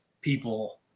people